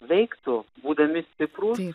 veiktų būdami stiprūs